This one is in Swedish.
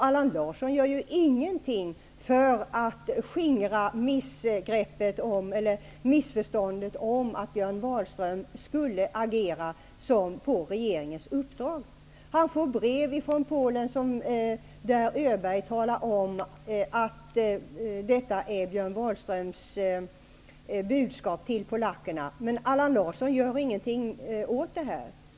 Allan Larsson gör ju ingenting för att skingra missförståndet om att Björn Wahlström skulle agera på regeringens uppdrag. Allan Larsson får brev från Polen där Öberg talar om att detta är Björn Wahlströms budskap till polackerna. Men Allan Larsson gör ingenting åt det.